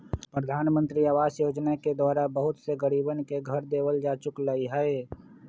प्रधानमंत्री आवास योजना के द्वारा बहुत से गरीबन के घर देवल जा चुक लय है